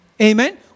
Amen